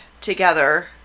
together